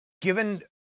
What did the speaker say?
given